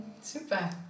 super